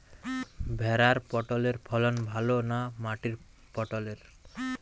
ভেরার পটলের ফলন ভালো না মাটির পটলের?